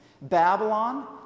Babylon